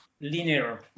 linear